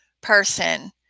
person